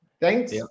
Thanks